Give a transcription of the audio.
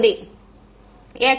மாணவர் x x